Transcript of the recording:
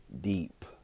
deep